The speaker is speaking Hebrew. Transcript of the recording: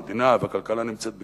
המדינה והכלכלה נמצאות בקשיים,